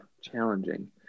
challenging